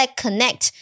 connect